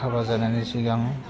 हाबा जानायनि सिगां